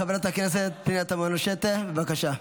חברת הכנסת פנינה תמנו שטה, בבקשה.